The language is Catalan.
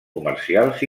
comercials